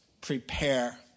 prepare